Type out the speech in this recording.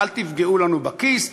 אל תפגעו לנו בכיס,